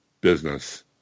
business